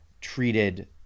treated